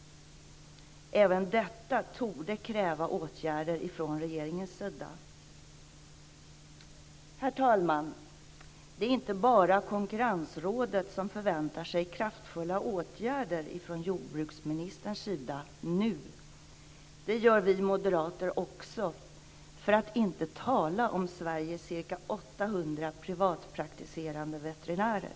Även detta torde kräva åtgärder från regeringens sida. Herr talman! Det är inte bara Konkurrensrådet som förväntar sig kraftfulla åtgärder från jordbruksministerns sida nu, utan det gör också vi moderater - för att inte tala om Sveriges ca 800 privatpraktiserande veterinärer!